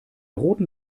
roten